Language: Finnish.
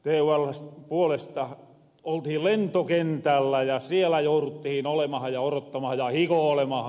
tuln puolesta oltihin lentokentällä ja siellä jouruttihin olemaha ja orottamaha ja hikoolemahan